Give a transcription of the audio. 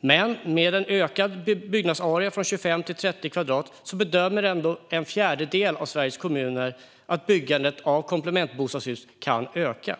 men med en ökad byggnadsarea från 25 till 30 kvadratmeter bedömer en fjärdedel av Sveriges kommuner att byggandet av komplementbostadshus kan öka.